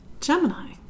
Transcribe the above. Gemini